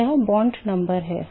तो वह bond number है